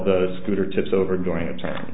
the scooter tips over during a time